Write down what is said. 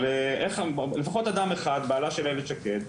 אבל לפחות אדם אחד בעלה של איילת שקד,